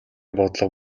бодлого